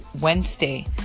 Wednesday